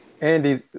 Andy